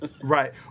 Right